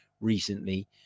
recently